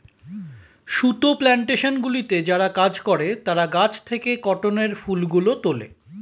সুতো প্ল্যানটেশনগুলিতে যারা কাজ করে তারা গাছ থেকে কটনের ফুলগুলো তোলে